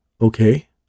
Okay